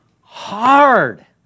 hard